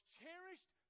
cherished